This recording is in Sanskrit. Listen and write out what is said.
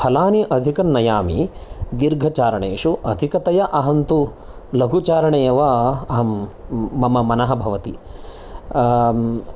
फलानि अधिकं नयामि दीर्घचारणेषु अधिकतया अहं तु लघुचारणे एव अहं मम मनः भवति